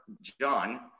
John